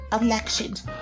elections